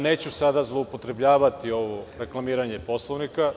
Neću sada zloupotrebljavati ovo reklamiranje Poslovnika.